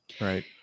right